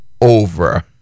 over